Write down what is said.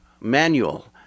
Manual